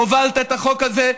הובלת את החוק הזה.